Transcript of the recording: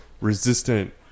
resistant